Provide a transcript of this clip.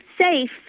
safe